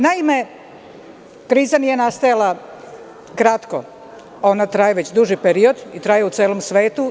Naime, kriza nije nastajala kratko, ona traje već duži period i traje u celom svetu.